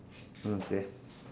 mm K